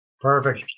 Perfect